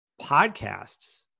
podcasts